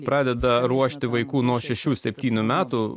pradeda ruošti vaikų nuo šešių septynių metų